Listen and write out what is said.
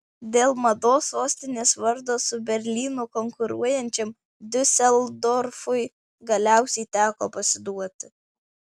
dėl mados sostinės vardo su berlynu konkuruojančiam diuseldorfui galiausiai teko pasiduoti